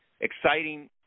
exciting